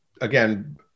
again